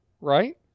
right